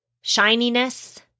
shininess